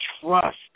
trust